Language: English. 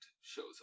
shows